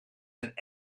zijn